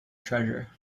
treasure